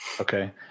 Okay